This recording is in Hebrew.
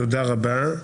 תודה רבה.